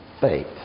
faith